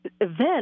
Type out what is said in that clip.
event